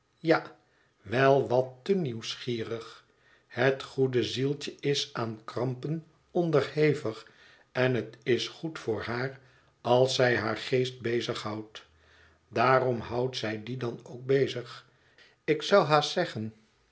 ja wel wat te nieuwsgierig het goede zieltje is aan krampen onderhevig en het is goed voor haar als zij haar geest bezig houdt daarom houdt zij dien dan ook bezig ik zou haast zeggen